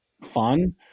fun